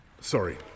sorry